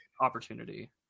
opportunity